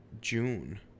June